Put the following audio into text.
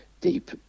deep